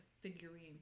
figurine